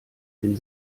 bin